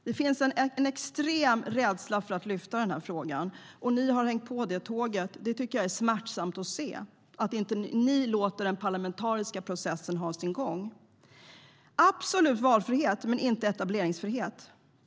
Det finns en extrem rädsla för att lyfta fram den här frågan, och ni har hängt på det tåget. Jag tycker att det är smärtsamt att se att ni inte låter den parlamentariska processen ha sin gång. Det ska finnas absolut valfrihet, men inte etableringsfrihet.